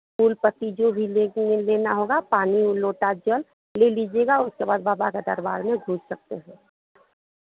फूल पत्ती जो भी लेना होगा पानी लोटा जल ले लीजिएगा उसके बाद बाबा के दरबार मे घुस सकते हैं